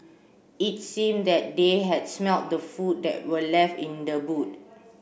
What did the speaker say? it seemed that they had smelt the food that were left in the boot